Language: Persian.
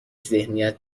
ذهنیت